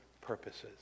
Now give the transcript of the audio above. purposes